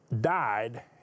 died